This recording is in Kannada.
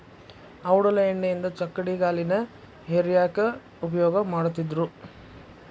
ಔಡಲ ಎಣ್ಣಿಯಿಂದ ಚಕ್ಕಡಿಗಾಲಿನ ಹೇರ್ಯಾಕ್ ಉಪಯೋಗ ಮಾಡತ್ತಿದ್ರು